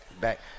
back –